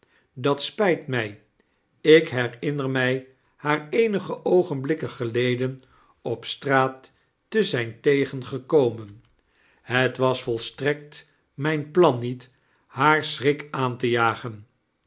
dat spijt mij ik herianer mij haar eenige oogenblikken geleden op straat te zijn tegengekomen het was volkerst vert ellingen strekt mijn plan niet haar schrik aan te jagen